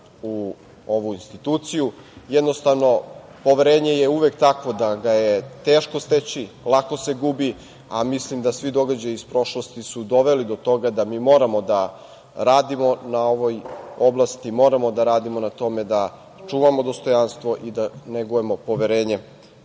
u ovu instituciju. Jednostavno, poverenje je uvek takvo da ga je teško steći, lako se gubi, a mislim da svi događaji iz prošlosti su doveli do toga da mi moramo da radimo na ovoj oblasti, moramo da radimo na tome da čuvamo dostojanstvo i da negujemo poverenje